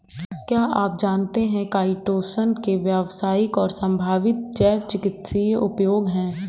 क्या आप जानते है काइटोसन के कई व्यावसायिक और संभावित जैव चिकित्सीय उपयोग हैं?